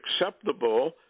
acceptable